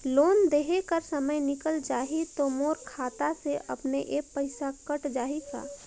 Loan देहे कर समय निकल जाही तो मोर खाता से अपने एप्प पइसा कट जाही का?